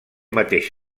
mateix